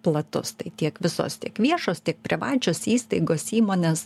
platus tai tiek visos tiek viešos tiek privačios įstaigos įmonės